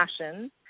passions